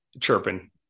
chirping